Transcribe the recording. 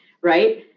Right